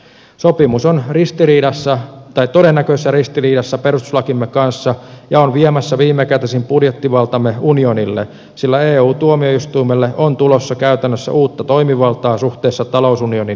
sopimus on todennäköisessä ristiriidassa perustuslakimme kanssa ja on viemässä viimekätisen budjettivaltamme unionille sillä eun tuomioistuimelle on tulossa käytännössä uutta toimivaltaa suhteessa talousunionin maihin